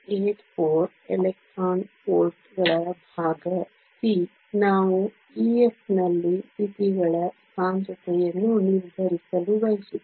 384 electron ವೋಲ್ಟ್ಗಳ ಭಾಗ c ನಾವು EF ನಲ್ಲಿ ಸ್ಥಿತಿಗಳ ಸಾಂದ್ರತೆಯನ್ನು ನಿರ್ಧರಿಸಲು ಬಯಸುತ್ತೇವೆ